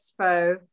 expo